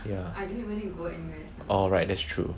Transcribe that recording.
ya oh right that's true